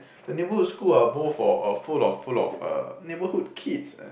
the neighbourhood school are both of full of full of uh neighbourhood kids eh